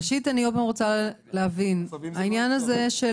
ראשית, אני עוד פעם רוצה להבין, העניין הזה של